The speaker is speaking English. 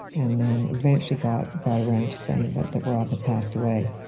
and then eventually got got around to saying that that rob had passed away